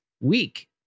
week